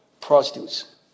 prostitutes